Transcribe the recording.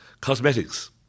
cosmetics